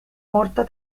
morta